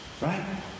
Right